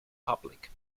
public